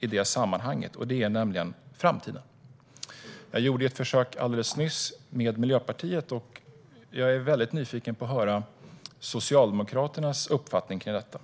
i det sammanhanget: framtiden. Jag gjorde alldeles nyss ett försök med Miljöpartiet, och jag är väldigt nyfiken på att höra Socialdemokraternas uppfattning om detta.